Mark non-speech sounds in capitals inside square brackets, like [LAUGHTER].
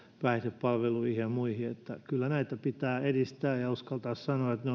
päihdepalveluihin ja muihin kyllä näitä pitää edistää ja ja pitää uskaltaa sanoa että [UNINTELLIGIBLE]